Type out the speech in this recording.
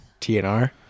TNR